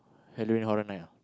Halloween Horror Night ah